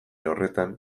horretan